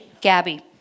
Gabby